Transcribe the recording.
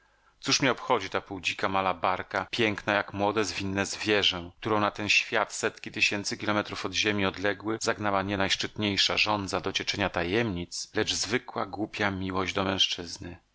cóż mnie obchodzi ta półdzika malabarka piękna jak młode zwinne zwierzę którą na ten świat setki tysięcy kilometrów od ziemi odległy zagnała nie najszczytniejsza żądza docieczenia tajemnic lecz zwykła głupia miłość do mężczyzny